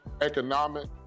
economic